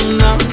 now